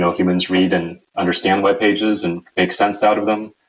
so humans read and understand webpages and make sense out of them.